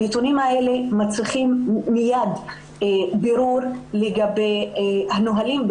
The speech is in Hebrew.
הנתונים האלה מצריכים מיד בירור לגבי הנהלים.